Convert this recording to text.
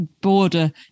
border